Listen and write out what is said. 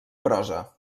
prosa